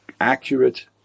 accurate